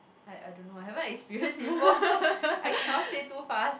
I I don't know I haven't experience before so I cannot say too fast